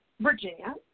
Virginia